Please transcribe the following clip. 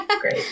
great